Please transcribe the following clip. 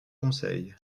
conseil